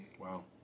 wow